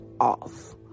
off